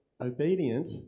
Obedient